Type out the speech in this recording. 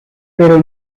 pero